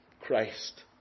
Christ